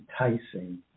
enticing